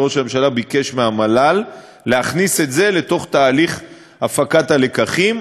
ראש הממשלה ביקש מהמל"ל להכניס את זה לתוך תהליך הפקת הלקחים.